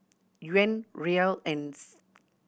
Yuan Riyal and